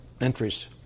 entries